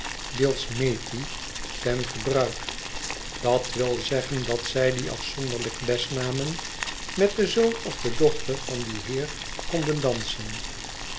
billsmethi ten gebruik dat t wilzeggen dat zij die afzonderlijk les namen met den zoon of de dochter van dien heer konden dansen